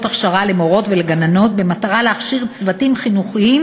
הכשרה למורות ולגננות במטרה להכשיר צוותים חינוכיים